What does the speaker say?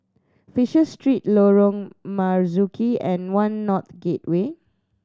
Fisher Street Lorong Marzuki and One North Gateway